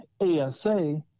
asa